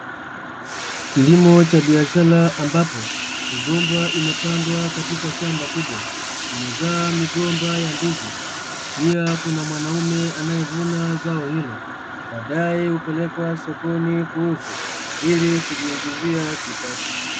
Kilimo cha biashara ambapo migomba imepandwa katika shamba kubwa, imezaa migomba ya ndizi, pia kuna mwanaume anayevuna zao hilo, baadaye hupelekwa sokoni kuuzwa ili kujiingizia kipato.